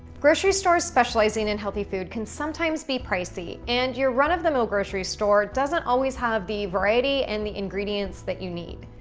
grocery stores specializing in healthy food can sometimes be pricey, and your run-of-the-mill grocery store doesn't always have the variety and the ingredients that you need.